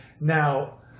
Now